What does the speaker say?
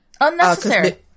unnecessary